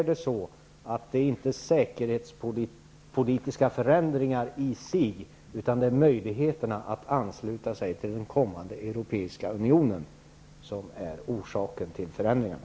Det är kanske inte de säkerhetspolitiska förändringarna i sig, utan möjligheterna att ansluta sig till den kommande europeiska unionen som är orsaken till förändringarna?